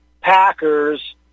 Packers